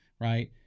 right